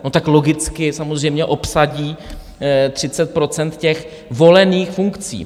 No, tak logicky samozřejmě obsadí 30 % těch volených funkcí.